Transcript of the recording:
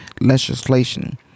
legislation